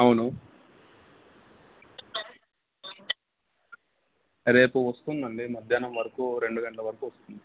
అవును రేపు వస్తుందండి మధ్యాహ్నం వరకు రెండు గంటల వరకు వస్తుంది